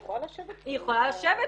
היא יכולה לשבת פה --- היא יכולה לשבת,